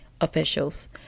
officials